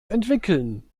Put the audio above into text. entwickeln